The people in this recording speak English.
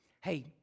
hey